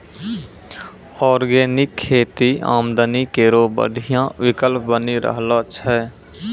organic खेती आमदनी केरो बढ़िया विकल्प बनी रहलो छै